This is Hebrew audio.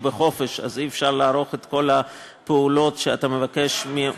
בחופש ואי-אפשר לערוך את כל הפעולות שאתה מבקש.